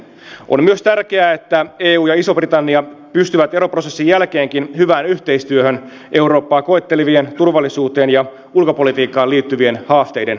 on myös tärkeää että eu ja iso britannia pystyvät eroprosessin jälkeenkin hyvään yhteistyöhön eurooppaa koettelevien turvallisuuteen ja ulkopolitiikkaan liittyvien haasteiden ratkaisemiseksi